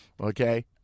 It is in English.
Okay